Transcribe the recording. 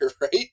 right